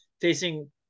facing